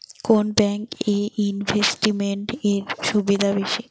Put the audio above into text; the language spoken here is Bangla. কোন ব্যাংক এ ইনভেস্টমেন্ট এর সুবিধা বেশি?